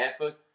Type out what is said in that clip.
effort